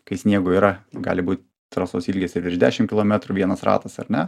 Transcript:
kai sniego yra gali būt trasos ilgis virš ir dešim kilometrų vienas ratas ar ne